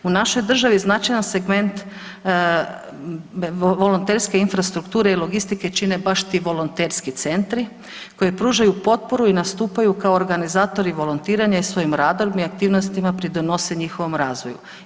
U našoj državi značajan segment volonterske infrastrukture i logistike čine baš ti volonterski centri koji pružaju potporu i nastupaju kao organizatori volontiranja i svojim …/nerazumljivo/… aktivnostima pridonose njihovom razvoju.